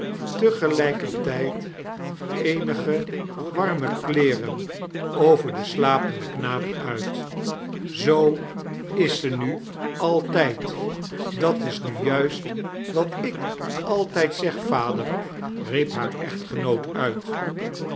te gelijkertijd eenige warme kleerein over den slapenden knaap uit zoo is ze nu altjjd dat is nu juist wat ik altijd zeg vader riep haar echtgenoot nit